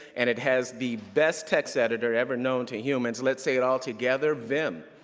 and it has the best text editor ever known to humans, let's say it all together, vim.